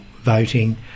voting